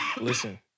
Listen